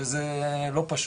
וזה לא פשוט.